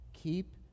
Keep